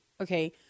Okay